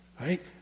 Right